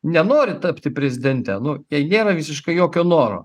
nenori tapti prezidente nu jai nėra visiškai jokio noro